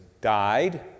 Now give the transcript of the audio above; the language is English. died